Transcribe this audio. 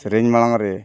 ᱥᱮᱨᱮᱧ ᱢᱟᱲᱟᱝ ᱨᱮ